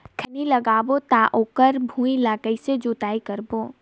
खैनी लगाबो ता ओकर भुईं ला कइसे जोताई करबो?